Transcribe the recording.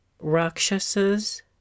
Rakshasas